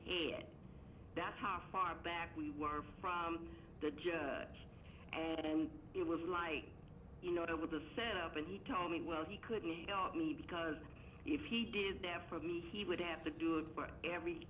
here that's how far back we were from the judge and it was like you know with the set up and he told me well he couldn't me because if he did there for me he would have to do it but every